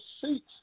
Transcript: seats